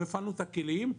לא הפעלנו את הכלים,